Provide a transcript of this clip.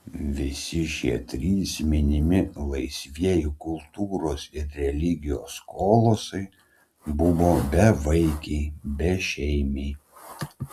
visi šie trys minimi laisvieji kultūros ir religijos kolosai buvo bevaikiai bešeimiai